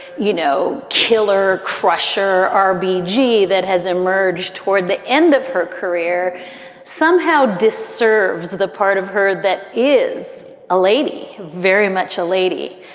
you know, killer crusher r b g. that has emerged toward the end of her career somehow disserves the part of her that is a lady, very much a lady.